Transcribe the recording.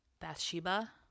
Bathsheba